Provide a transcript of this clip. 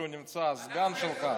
הסגן שלך,